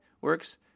works